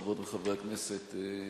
חברי וחברות הכנסת,